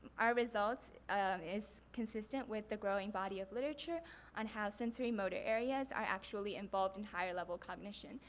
our results is consistent with the growing body of literature on how sensory motor areas are actually involved in higher level cognition.